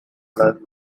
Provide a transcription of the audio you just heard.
life